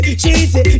cheesy